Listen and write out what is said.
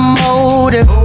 motive